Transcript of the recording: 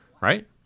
right